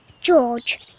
George